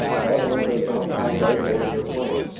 that one does not like us or your plan.